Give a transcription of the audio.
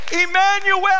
Emmanuel